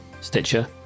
Stitcher